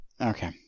Okay